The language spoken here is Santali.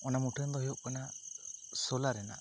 ᱚᱱᱟ ᱢᱩᱴᱷᱟᱹᱱ ᱫᱚ ᱦᱩᱭᱩᱜ ᱠᱟᱱᱟ ᱥᱳᱞᱟ ᱨᱮᱱᱟᱜ